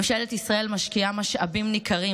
ממשלת ישראל משקיעה משאבים ניכרים